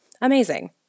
Amazing